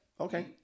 okay